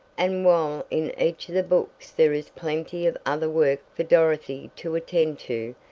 and while in each of the books there is plenty of other work for dorothy to attend to,